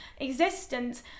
existence